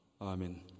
Amen